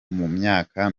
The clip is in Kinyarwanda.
mumyaka